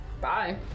Bye